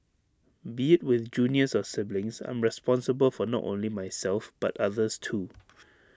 be IT with juniors or siblings I'm responsible for not only myself but others too